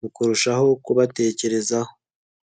mu kurushaho kubatekerezaho.